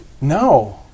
No